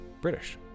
British